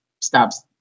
stops